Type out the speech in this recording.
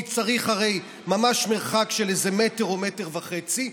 כי צריך ממש מרחק של איזה מטר או מטר וחצי.